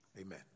amen